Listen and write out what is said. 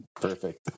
Perfect